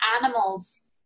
animals